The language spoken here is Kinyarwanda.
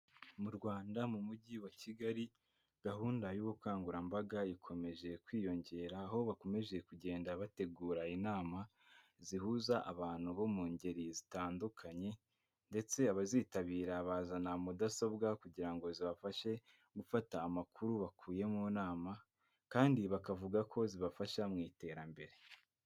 Mu Rwanda mu mujyi wa Kigali gahunda y'ubukangurambaga ikomeje kwiyongera, aho bakomeje kugenda bategura inama zihuza abantu bo mu ngeri zitandukanye ndetse abazitabira bazana mudasobwa kugira ngo bazabafashe gufata amakuru bakuye mu nama kandi bakavuga ko zibafasha mu iterambere.